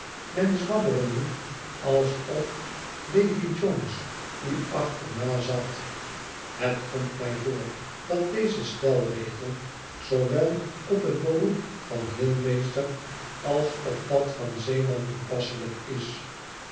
men zwabberen moet alsof bavy jones u achternazat het komt mij voor dat deze stelregel zoowel op het beroep van heelmeester als op dat van zeeman toepasselijk is